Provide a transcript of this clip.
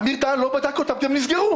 אמיר דהן לא בדק אותם כי הם נסגרו.